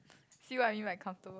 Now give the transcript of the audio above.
see what I mean by comfortable